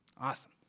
Awesome